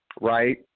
right